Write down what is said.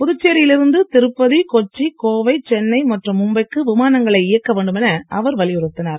புதுச்சேரியில் இருந்து திருப்பதி கொச்சி கோவை சென்னை மற்றும் மும்பைக்கு விமானங்களை இயக்க வேண்டும் என அவர் வலியுறுத்தினார்